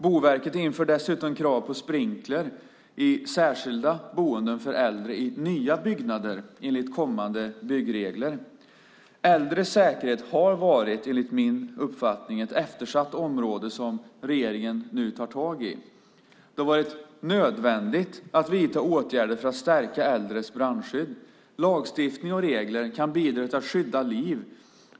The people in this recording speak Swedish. Boverket inför dessutom krav på sprinkler i särskilda boenden för äldre i nya byggnader enligt kommande byggregler. Äldres säkerhet har, enligt min uppfattning, varit ett eftersatt område som regeringen nu tar tag i. Det har varit nödvändigt att vidta åtgärder för att stärka äldres brandskydd. Lagstiftning och regler kan bidra till att skydda liv.